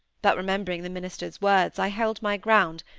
but remembering the minister's words i held my ground,